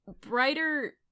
brighter